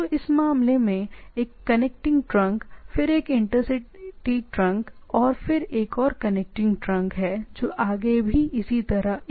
तो इस मामले में कनेक्टिंग ट्रंक तो इंटरसिटी ट्रंक और फिर एक और कनेक्टिंग ट्रंक जोड़ने और बातों पर जा रहा है